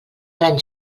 gran